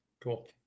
Cool